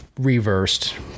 reversed